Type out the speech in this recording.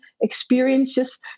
experiences